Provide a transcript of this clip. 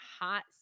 hot